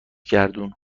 گردون